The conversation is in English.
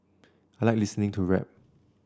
I like listening to rap